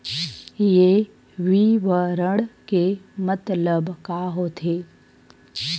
ये विवरण के मतलब का होथे?